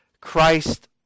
Christ